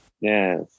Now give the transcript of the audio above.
Yes